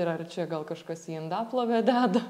ir ar čia gal kažkas į indaplovę deda